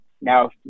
now